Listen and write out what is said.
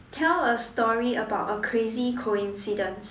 tell a story about a crazy coincidence